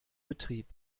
betrieb